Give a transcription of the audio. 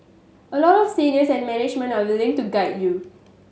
a lot of seniors and management are willing to guide you